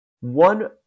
One